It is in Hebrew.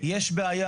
יש בעיה,